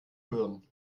rühren